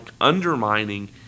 undermining